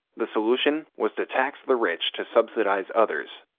the solution was to tax the rich to subsidize others.